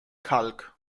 kalk